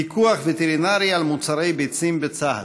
פיקוח וטרינרי על מוצרי ביצים בצה"ל.